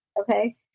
okay